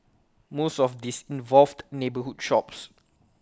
most of these involved neighbourhood shops